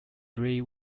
three